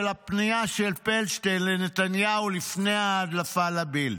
של הפנייה של פלדשטיין לנתניהו לפני ההדלפה לבילד.